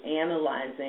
analyzing